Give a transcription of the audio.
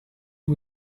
who